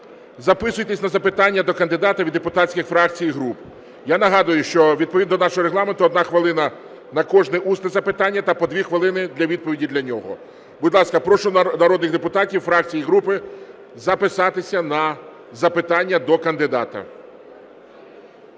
Записуйтесь на запитання до кандидата від депутатських фракцій і груп. Я нагадую, що відповідно до нашого Регламенту 1 хвилина – на кожне усне запитання та по 2 хвилини – для відповіді на нього. Будь ласка, прошу народних депутатів, фракції і групи записатися на запитання до кандидата.